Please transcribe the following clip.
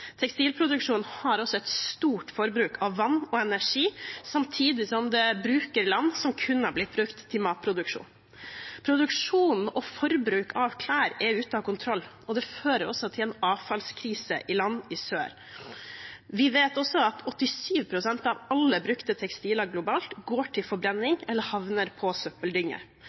Tekstilproduksjonen har også et stort forbruk av vann og energi, samtidig som den bruker land som kunne blitt brukt til matproduksjon. Produksjonen og forbruket av klær er ute av kontroll, og det fører også til en avfallskrise i land i sør. Vi vet også at 87 pst. av alle brukte tekstiler globalt går til forbrenning eller havner på søppeldynge,